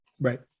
right